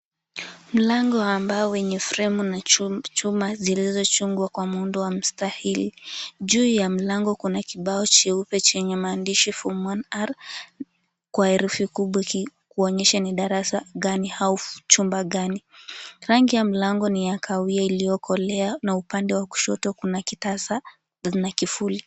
Mlango wa mbao wenye fremu na chuma zilizochongwa kwa muundo wa mstahili. Juu ya mlango Kuna kibao cheupe chenye maandisha FORM 1R kwa herufi kubwa kuonyesha ni darasa gani au chumba ganii. Rangi ya mlango ni ya kawahia iliyokolea na upande wa kushoto kuna kitasa na kufuli .